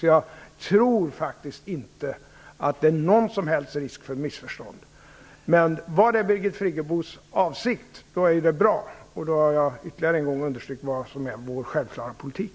Så jag tror faktiskt inte att det finns någon som helst risk för missförstånd. Var det Birgit Friggebos avsikt, var det bra. Då har jag ytterligare en gång fått understryka vad som är vår självklara politik.